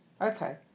okay